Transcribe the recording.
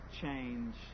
change